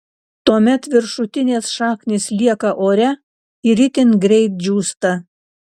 tuomet viršutinės šaknys lieka ore ir itin greit džiūsta